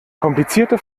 komplizierte